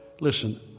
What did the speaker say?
listen